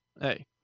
hey